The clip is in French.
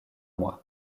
mois